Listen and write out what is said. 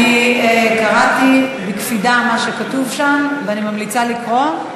אני קראתי בקפידה מה שכתוב שם, ואני ממליצה לקרוא.